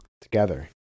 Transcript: together